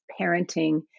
parenting